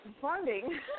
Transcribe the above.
Funding